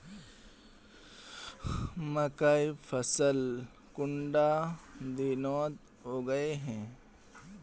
मकई फसल कुंडा दिनोत उगैहे?